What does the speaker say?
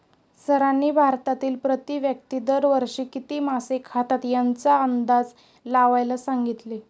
सरांनी भारतातील प्रति व्यक्ती दर वर्षी किती मासे खातात याचा अंदाज लावायला सांगितले?